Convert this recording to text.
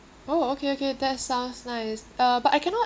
oh okay okay that sounds nice uh but I cannot